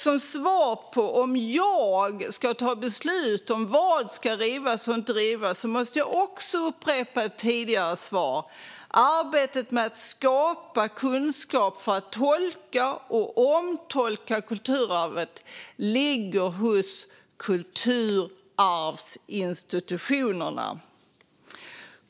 Som svar på om jag ska ta beslut om vad som ska rivas eller inte rivas måste jag också upprepa ett tidigare svar. Arbetet med att skapa kunskap för att tolka och omtolka kulturarvet ligger hos kulturarvsinstitutionerna.